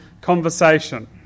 conversation